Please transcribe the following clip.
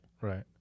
right